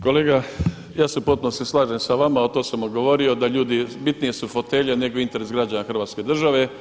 Kolega, ja se u potpunosti slažem sa vama, to sam govorio, da ljudi bitnije su fotelje nego interesi građana Hrvatske države.